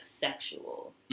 sexual